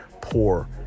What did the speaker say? poor